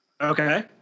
Okay